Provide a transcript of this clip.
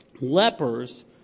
Lepers